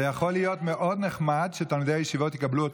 זה יכול להיות מאוד נחמד שתלמידי הישיבות יקבלו אותן.